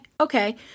okay